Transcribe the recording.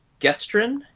Gestrin